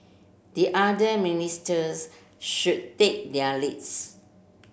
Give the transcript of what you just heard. the other should take their leads